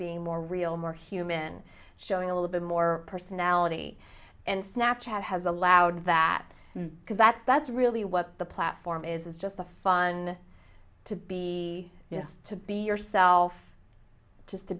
being more real more human showing a little bit more personality and snapchat has allowed that because that that's really what the platform is it's just a fun to be just to be yourself just to